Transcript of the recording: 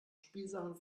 spielsachen